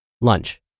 Lunch